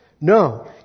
No